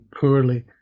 poorly